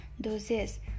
doses